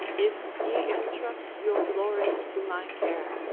if ye entrust your glory to my care,